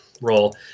role